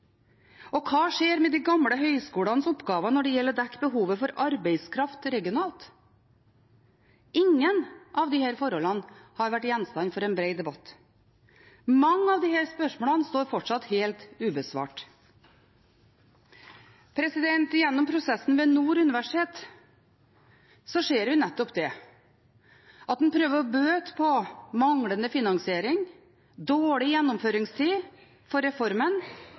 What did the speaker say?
Og hva skjer med de gamle høyskolenes oppgave når det gjelder å dekke behovet for arbeidskraft regionalt? Ingen av disse forholdene har vært gjenstand for en bred debatt. Mange av disse spørsmålene står fortsatt helt ubesvart. Gjennom prosessen ved Nord universitet ser vi nettopp det, at en prøver å bøte på manglende finansiering, dårlig gjennomføringstid for reformen